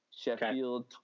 Sheffield